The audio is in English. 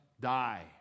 die